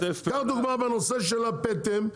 קח דוגמה בנושא של הפטם,